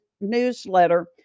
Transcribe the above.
newsletter